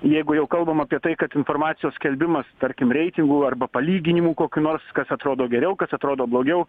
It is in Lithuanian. jeigu jau kalbam apie tai kad informacijos skelbimas tarkim reitingų arba palyginimų kokių nors kas atrodo geriau kas atrodo blogiau